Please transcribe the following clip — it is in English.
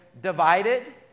divided